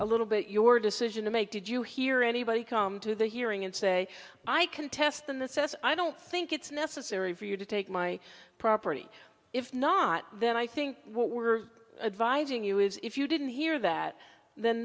a little bit your decision to make did you hear anybody come to the hearing and say i contest in the sense i don't think it's necessary for you to take my property if not then i think what we're advising you is if you didn't hear that then